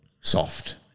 soft